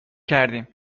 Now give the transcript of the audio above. کردیم